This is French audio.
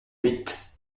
huit